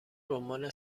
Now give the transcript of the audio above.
رمان